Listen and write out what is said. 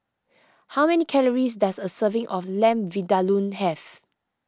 how many calories does a serving of Lamb Vindaloo have